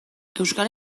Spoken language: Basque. euskal